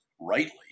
rightly